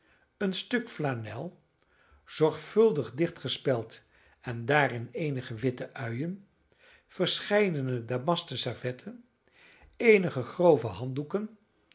een stuk flanel zorgvuldig dichtgespeld en daarin eenige witte uien verscheidene damasten servetten eenige grove handdoeken